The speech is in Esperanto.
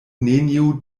nenio